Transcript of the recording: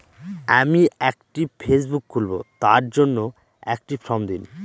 আমি একটি ফেসবুক খুলব তার জন্য একটি ফ্রম দিন?